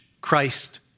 Christ